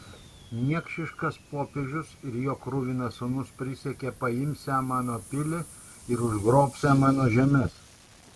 niekšiškas popiežius ir jo kruvinas sūnus prisiekė paimsią mano pilį ir užgrobsią mano žemes